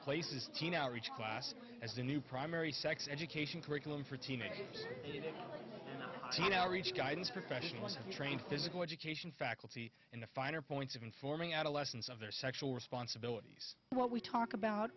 replaces teen outreach class as the new primary sex education curriculum for teenagers it is to no reach guidance professionals trained physical education faculty in the finer points of informing adolescents of their sexual responsibilities what we talk about